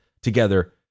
together